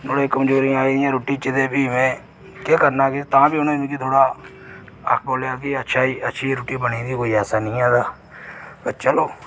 थोह्डियां कमजोरियां आई दियां रुट्टी च ते फ्ही में केह् करना के तां बी उनें मी बोल्लेआ कि अच्छी है रुट्टी बनी दी कोई ऐसा नेईं ऐ पर चलो